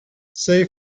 see